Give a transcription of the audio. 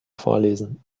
vorlesen